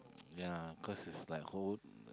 ya cause is like hold